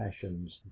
passions